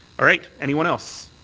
all right. anyone else?